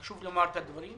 חשוב לומר את הדברים,